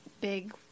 big